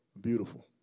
beautiful